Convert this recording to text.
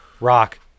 rock